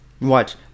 Watch